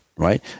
right